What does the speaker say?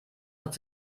hat